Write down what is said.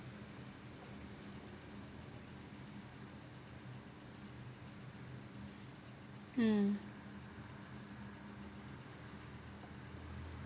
mm